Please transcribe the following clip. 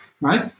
right